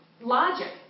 logic